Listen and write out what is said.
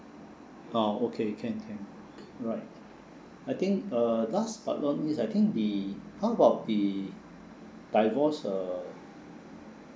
oh okay can can right I think uh last but not least I think the how about the divorce uh